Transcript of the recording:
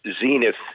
Zenith